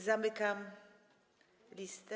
Zamykam listę.